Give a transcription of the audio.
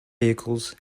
vehicles